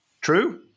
True